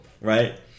right